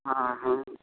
हँ हँ